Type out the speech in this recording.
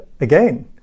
again